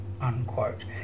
unquote